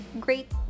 great